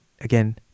again